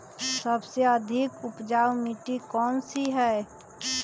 सबसे अधिक उपजाऊ मिट्टी कौन सी हैं?